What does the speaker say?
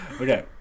Okay